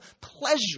pleasure